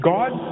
God